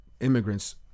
immigrants